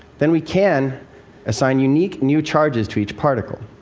then we can assign unique new charges to each particle.